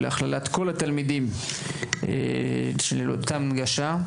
להכללת כל התלמידים של אותה הנגשה,